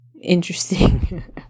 interesting